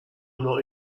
not